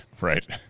right